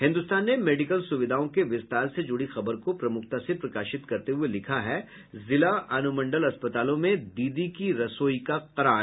हिन्दुस्तान ने मेडिकल सुविधाओं के विस्तार से जुड़ी खबर को प्रमुखता से प्रकाशित करते हुये लिखा है जिला अनुमंडल अस्पतालों में दीदी की रसोई का करार